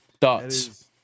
Thoughts